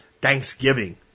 Thanksgiving